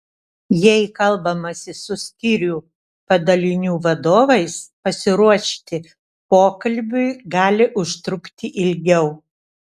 jei kalbamasi su skyrių padalinių vadovais pasiruošti pokalbiui gali užtrukti ilgiau